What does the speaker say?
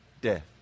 death